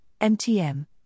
MTM